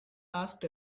asked